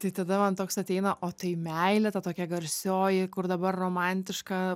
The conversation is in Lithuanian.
tai tada man toks ateina o tai meilė ta tokia garsioji kur dabar romantiška